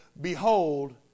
behold